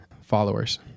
followers